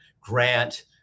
grant